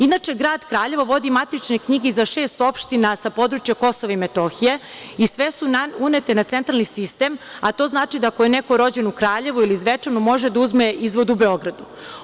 Inače, grad Kraljevo vodi matične knjige za šest opština sa područja KiM i sve su unete u centralni sistem, a to znači ako je neko rođen u Kraljevu ili Zvečanu može da uzme izvod u Beogradu.